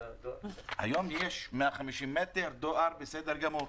היום יש 150 מ' דואר בסדר גמור.